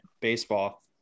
baseball